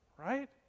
Right